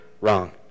wrong